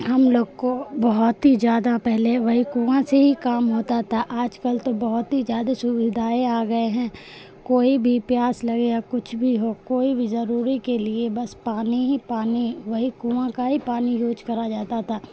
ہم لوگ کو بہت ہی جیادہ پہلے وہی کنواں سے ہی کام ہوتا تھا آج کل تو بہت ہی جیادہ سویدھائیں آ گئے ہیں کوئی بھی پیاس لگے یا کچھ بھی ہو کوئی بھی ضروری کے لیے بس پانی ہی پانی وہی کنواں کا ہی پانی یوج کرا جاتا تھا